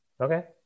Okay